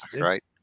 right